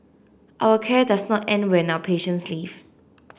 our care does not end when our patients leave